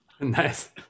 Nice